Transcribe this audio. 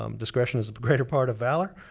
um discretion is the but greater part of valor.